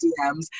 DMs